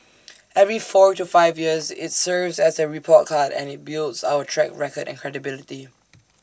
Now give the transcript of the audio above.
every four to five years IT serves as A report card and IT builds our track record and credibility